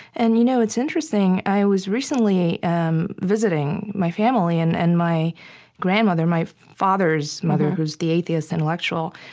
and you know it's interesting i was recently um visiting my family. and and my grandmother, my father's mother who's the atheist intellectual,